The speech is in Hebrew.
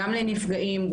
גם לנפגעים,